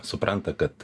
supranta kad